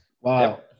wow